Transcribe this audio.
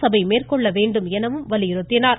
சபை மேற்கொள்ள வேண்டும் என வலியுறுத்தினார்